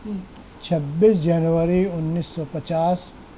چھبیس جنوری انیس سو پچاس